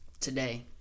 today